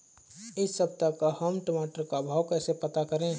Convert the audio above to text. इस सप्ताह का हम टमाटर का भाव कैसे पता करें?